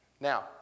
Now